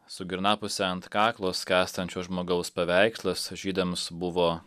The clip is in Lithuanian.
su girnapuse ant kaklo skęstančio žmogaus paveikslas žydams buvo